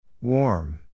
Warm